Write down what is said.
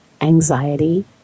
anxiety